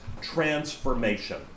transformation